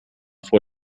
vor